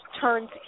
turns